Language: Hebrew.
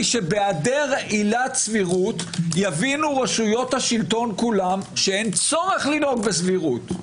שבהיעדר עילת סבירות יבינו רשויות השלטון כולן שאין צורך לנהוג בסבירות.